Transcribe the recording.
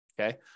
okay